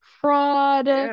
fraud